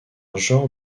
genre